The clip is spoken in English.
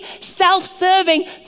self-serving